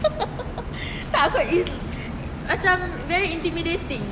tak kot it's macam very intimidating